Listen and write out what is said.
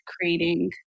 creating